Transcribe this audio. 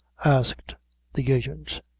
asked the agent.